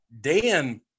Dan